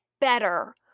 better